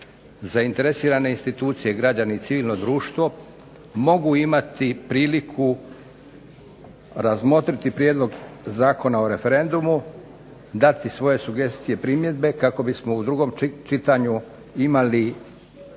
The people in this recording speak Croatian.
zainteresirane institucije, građani, civilno društvo mogu imati priliku razmotriti Prijedlog zakona o referendumu, dati svoje sugestije i primjedbe kako bismo u drugom čitanju imali bolja